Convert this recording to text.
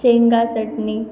शेंगा चटणी